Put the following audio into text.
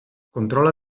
controla